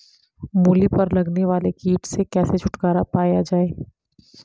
मूली पर लगने वाले कीट से कैसे छुटकारा पाया जाये?